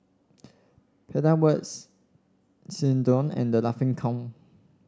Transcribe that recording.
Pedal Works Xndo and The Laughing Cow